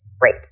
great